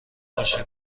باشه